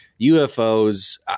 UFOs